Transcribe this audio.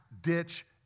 ditch